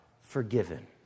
forgiven